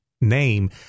name